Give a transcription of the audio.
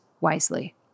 wisely